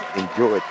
enjoy